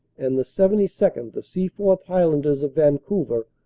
and the seventy second, the seaforth highlanders of vancouver,